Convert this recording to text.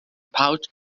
pouch